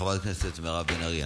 חברת הכנסת מירב בן ארי,